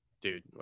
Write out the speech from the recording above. dude